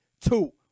two